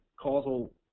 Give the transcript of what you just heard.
causal